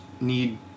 need